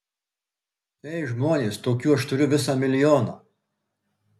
ei žmonės tokių aš turiu visą milijoną